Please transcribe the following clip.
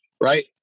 right